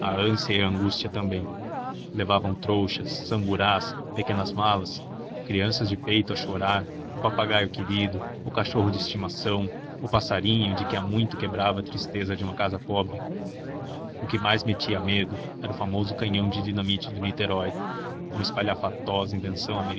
a angústia também levavam trouxas samburás pequenas malas crianças de peito a chorar o papagaio querido o cachorro de estimação o passarinho que de há muito quebrava a tristeza de uma casa pobre o que mais metia medo era o famoso canhão de dinamite do niterói uma espalhafatosa invenção